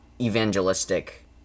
evangelistic